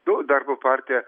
nu darbo partija